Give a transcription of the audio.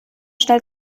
schnell